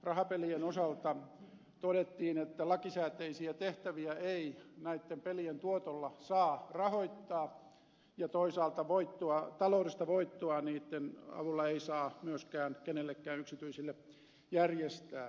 rahapelien osalta todettiin että lakisääteisiä tehtäviä ei näitten pelien tuotolla saa rahoittaa ja toisaalta taloudellista voittoa niitten avulla ei saa kenellekään yksityiselle järjestää